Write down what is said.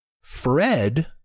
Fred